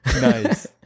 Nice